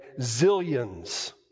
zillions